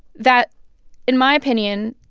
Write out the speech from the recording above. that in my opinion,